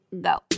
go